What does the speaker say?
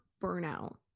burnout